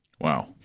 Wow